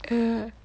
err